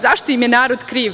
Zašto im je narod kriv?